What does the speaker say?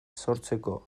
sortzeko